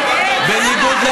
בניגוד,